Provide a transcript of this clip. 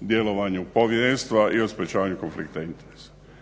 djelovanju povjerenstva i o sprječavanju konflikta interesa.